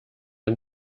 ein